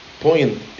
point